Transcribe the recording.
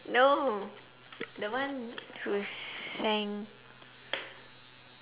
no the one was saying no